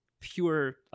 pure